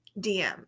dm